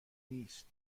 نیست